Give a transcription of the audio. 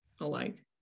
alike